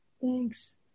thanks